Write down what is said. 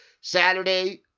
Saturday